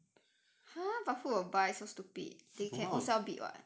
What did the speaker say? !huh! but who will buy so stupid they can own self bid [what]